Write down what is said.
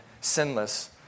sinless